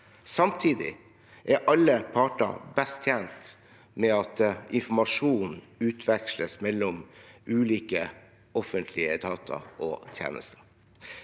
Samtidig er alle parter best tjent med at informasjon utveksles mellom ulike offentlige etater og tjenester.